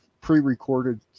pre-recorded